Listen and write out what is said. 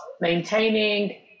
maintaining